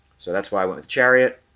so that's why i want to chariot